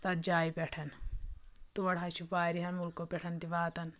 تَتھ جاے پٮ۪ٹھ تور حظ چھِ واریَہَن مُلکو پٮ۪ٹھ تہِ واتان